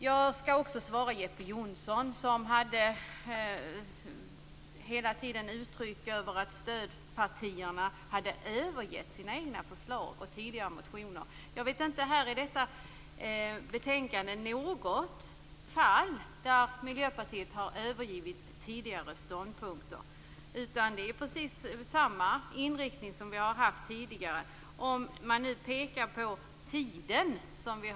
Jag skall också svara Jeppe Johnsson. Han uttryckte att stödpartierna hade övergett sina egna förslag i tidigare motioner. Jag känner inte till något fall i detta betänkande där Miljöpartiet har övergivit tidigare ståndpunkter. Det är precis samma inriktning som vi har haft tidigare, dvs. diskussionen om tiden.